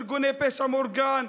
ארגוני פשע מאורגן,